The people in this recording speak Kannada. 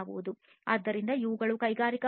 ಆದ್ದರಿಂದ ಇವುಗಳು ಕೈಗಾರಿಕೆ 4